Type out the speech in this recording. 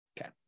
Okay